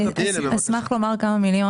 אשמח לומר כמה מילים.